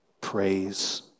Praise